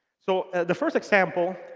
so the first example,